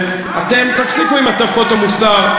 אתם תפסיקו עם הטפות המוסר.